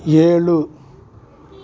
ஏழு